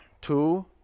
two